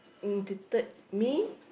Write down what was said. imitated me